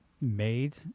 made